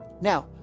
Now